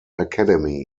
academy